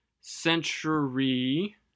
Century